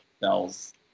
bells